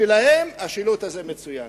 בשבילם השילוט הזה מצוין.